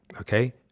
okay